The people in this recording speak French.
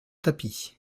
tapis